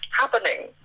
happening